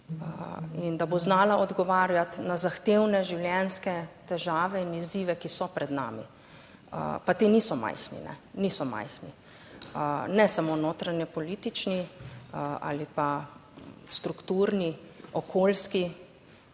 in da bo znala odgovarjati na zahtevne življenjske težave in izzive, ki so pred nami. Pa ti niso majhni. Niso majhni. Ne samo notranjepolitični ali pa strukturni, okoljski,